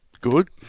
Good